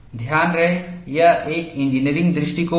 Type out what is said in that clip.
ध्यान रहे यह एक इंजीनियरिंग दृष्टिकोण है